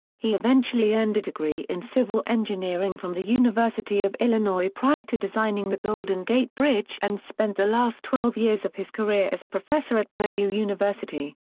he eventually earned a degree in civil engineering from the university of illinois prior to designing the golden gate bridge and spent the last twelve years of his career as a professor at purdue university.